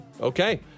Okay